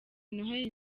noheli